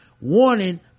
warning